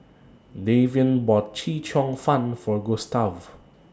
Davion bought Chee Cheong Fun For Gustav